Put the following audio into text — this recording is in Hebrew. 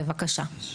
בבקשה.